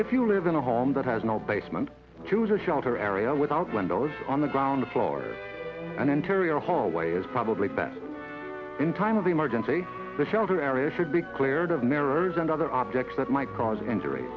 if you live in a home that has no basement to the shelter area without windows on the ground floor or an interior hallway is probably best in time of emergency the shelter area should be cleared of mirrors and other objects that might cause injury